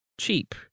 cheap